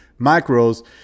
macros